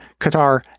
Qatar